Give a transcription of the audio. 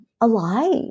alive